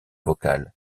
vocales